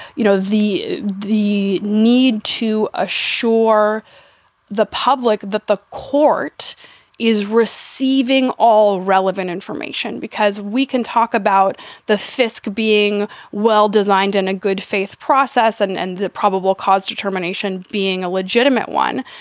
you know, the the need to assure the public that the court is receiving all relevant information, because we can talk about the fisc being well designed and a good faith process and and probable cause determination being a legitimate one.